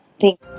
Thank